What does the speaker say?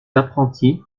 apprentis